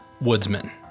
woodsman